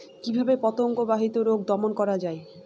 কিভাবে পতঙ্গ বাহিত রোগ দমন করা যায়?